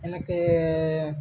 எனக்கு